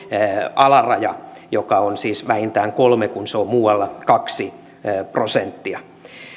alaraja joka on siis vähintään kolme kun se on muualla kaksi prosenttia